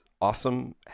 awesome